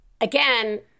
again